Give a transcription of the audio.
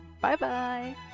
Bye-bye